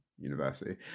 university